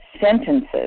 sentences